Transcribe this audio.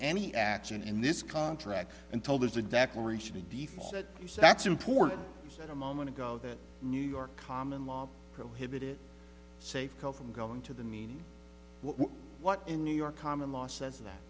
any action in this contract until there's a declaration and before that so that's important and a moment ago that new york common law prohibited safeco from going to the mean what in new york common law says that